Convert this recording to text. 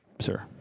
sir